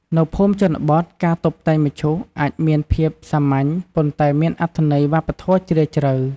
នៅភូមិជនបទ ការតុបតែងមឈូសអាចមានភាពសាមញ្ញ ប៉ុន្តែមានអត្ថន័យវប្បធម៌ជ្រាលជ្រៅ។